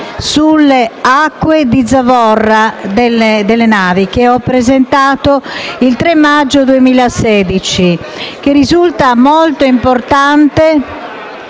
sulle acque di zavorra delle navi, che ho presentato il 3 maggio 2016 e che risulta molto importante